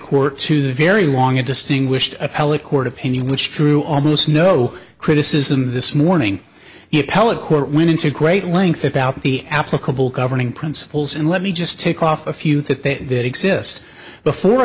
court to the very long and distinguished appellate court opinion which true almost no criticism this morning the appellate court went into great length about the applicable governing principles and let me just take off a few that they exist before